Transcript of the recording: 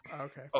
okay